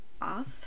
off